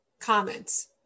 comments